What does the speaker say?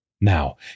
Now